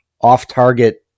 off-target